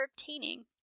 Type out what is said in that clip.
obtaining